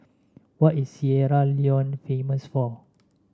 what is Sierra Leone famous for